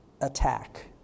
attack